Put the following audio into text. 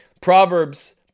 Proverbs